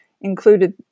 included